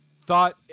thought